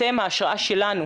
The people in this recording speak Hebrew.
אתם ההשראה שלנו,